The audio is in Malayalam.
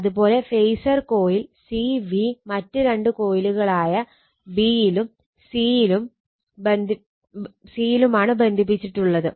അത് പോലെ ഫേസർ കോയിൽ C V മറ്റ് രണ്ടു കോയിലുകളായ b യിലും c യിലും ആണ് ബന്ധിപ്പിച്ചിട്ടുള്ളത്